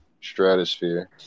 stratosphere